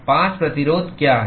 5 प्रतिरोध क्या हैं